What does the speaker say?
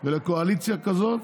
ולקואליציה כזאת,